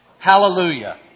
Hallelujah